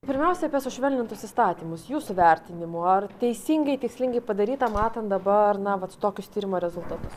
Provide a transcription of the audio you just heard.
pirmiausia apie sušvelnintus įstatymus jūsų vertinimu ar teisingai tikslingai padaryta matant dabar na vat tokius tyrimo rezultatus